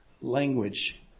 language